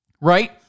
right